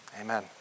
Amen